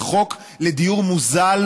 זה חוק לדיור מוזל